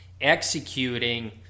executing